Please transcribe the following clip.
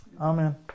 amen